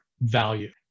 value